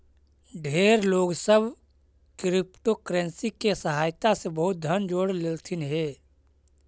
ढेर लोग सब क्रिप्टोकरेंसी के सहायता से बहुत धन जोड़ लेलथिन हे